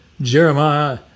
Jeremiah